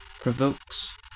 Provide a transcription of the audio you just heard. provokes